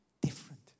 different